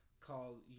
called